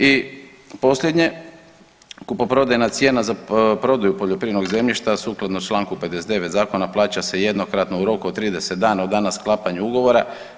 I posljednje, kupoprodajna cijena za prodaju poljoprivrednog zemljišta sukladno čl. 59. zakona plaća se jednokratno u roku od 30 dana od dana sklapanja ugovora.